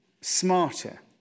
smarter